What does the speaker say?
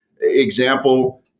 Example